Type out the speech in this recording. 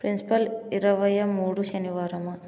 principal ఇరవై మూడు శనివారమా